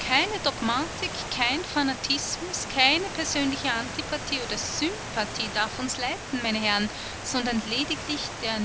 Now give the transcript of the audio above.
keine dogmatik kein fanatismus keine persönliche antipathie oder sympathie darf uns leiten meine herren sondern lediglich der